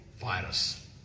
virus